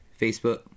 facebook